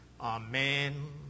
Amen